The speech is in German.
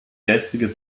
geistige